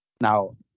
Now